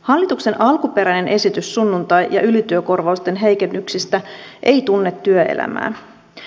hallituksen alkuperäinen esitys sunnuntai ja ylityökorvausten heikennyksistä ei tunne työelämää